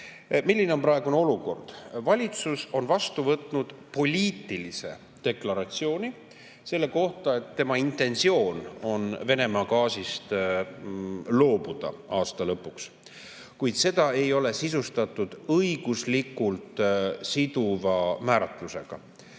Milline on praegune olukord? Valitsus on vastu võtnud poliitilise deklaratsiooni selle kohta, et tema intentsioon on aasta lõpuks Venemaa gaasist loobuda. Kuid seda ei ole sisustatud õiguslikult siduva määratlusega.